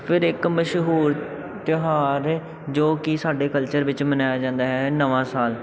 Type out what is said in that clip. ਫਿਰ ਇੱਕ ਮਸ਼ਹੂਰ ਤਿਉਹਾਰ ਜੋ ਕਿ ਸਾਡੇ ਕਲਚਰ ਵਿੱਚ ਮਨਾਇਆ ਜਾਂਦਾ ਹੈ ਨਵਾਂ ਸਾਲ